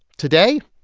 today,